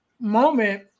moment